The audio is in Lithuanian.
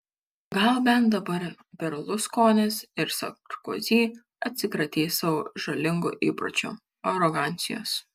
gal bent dabar berluskonis ir sarkozy atsikratys savo žalingo įpročio arogancijos